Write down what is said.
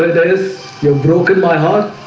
you broke it by heart